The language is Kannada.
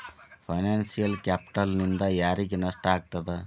ಫೈನಾನ್ಸಿಯಲ್ ಕ್ಯಾಪಿಟಲ್ನಿಂದಾ ಯಾರಿಗ್ ನಷ್ಟ ಆಗ್ತದ?